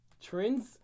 Trends